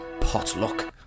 Potluck